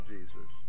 Jesus